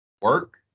work